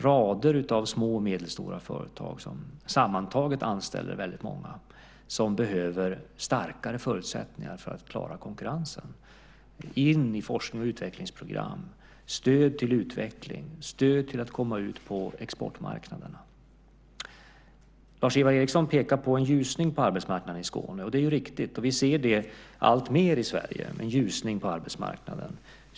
Det är en rad av små och medelstora företag som sammantaget anställer väldigt många och som behöver starkare förutsättningar för att klara konkurrensen. Det är forsknings och utvecklingsprogram, stöd till utveckling och stöd till att komma ut på exportmarknaderna. Lars-Ivar Ericson pekar på en ljusning på arbetsmarknaden i Skåne, och det är riktigt. Vi ser det alltmer i Sverige - en ljusning på arbetsmarknaden.